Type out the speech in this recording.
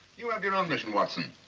you have your own mission, watson.